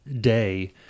day